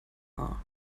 are